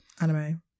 anime